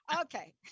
okay